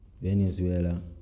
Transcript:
Venezuela